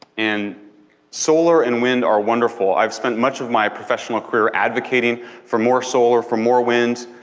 and solar and wind are wonderful i've spent much of my professional career advocating for more solar, for more wind,